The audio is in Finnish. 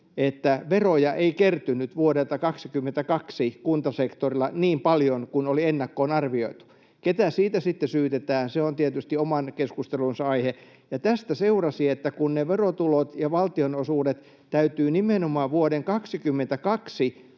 että veroja ei kertynyt vuodelta 22 kuntasektorilla niin paljon kuin oli ennakkoon arvioitu. Se, ketä siitä sitten syytetään, on tietysti oman keskustelunsa aihe. Kun verotulot ja valtionosuudet täytyi nimenomaan vuoden 22